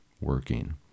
working